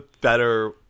better